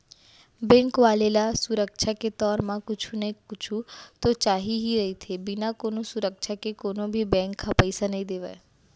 bank वाले ल सुरक्छा के तौर म कुछु न कुछु तो चाही ही रहिथे, बिना कोनो सुरक्छा के कोनो भी बेंक ह पइसा नइ देवय